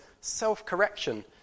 self-correction